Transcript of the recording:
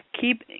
keep